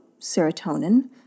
serotonin